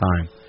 time